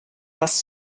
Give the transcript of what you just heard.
bus